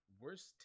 worst